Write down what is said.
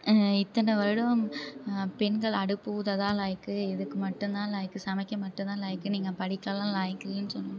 இத்தனை வருடம் பெண்கள் அடுப்பு ஊததான் லாயிக்கு இதுக்கு மட்டும்தான் லாயிக்கு சமைக்க மட்டும்தான் லாயிக்கு நீங்கள் படிக்கலாம் லாயிக்கு இல்லைன்னு சொல்லி